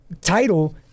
title